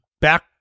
back